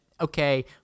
okay